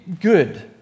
Good